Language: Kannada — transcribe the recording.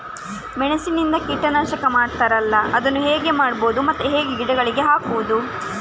ಮೆಣಸಿನಿಂದ ಕೀಟನಾಶಕ ಮಾಡ್ತಾರಲ್ಲ, ಅದನ್ನು ಹೇಗೆ ಮಾಡಬಹುದು ಮತ್ತೆ ಹೇಗೆ ಗಿಡಗಳಿಗೆ ಹಾಕುವುದು?